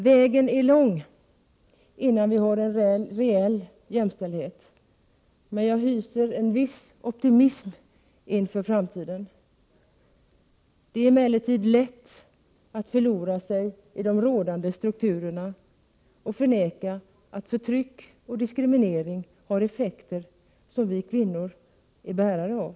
Vägen är lång innan vi har en reell jämställdhet, men jag hyser en viss optimism inför framtiden. Det är emellertid lätt att förlora sig i de rådande strukturerna och förneka att förtryck och diskriminering har effekter som också vi kvinnor är bärare av.